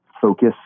focus